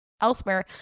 elsewhere